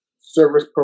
service